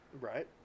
Right